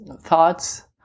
thoughts